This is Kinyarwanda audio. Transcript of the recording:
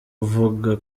uvuga